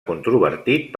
controvertit